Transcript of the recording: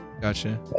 Gotcha